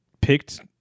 picked